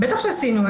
בטח שעשינו.